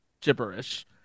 gibberish